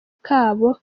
kabo